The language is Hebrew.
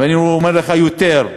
ואני אומר לך, יותר,